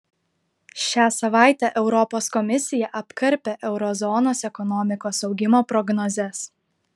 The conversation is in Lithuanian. šią savaitę europos komisija apkarpė euro zonos ekonomikos augimo prognozes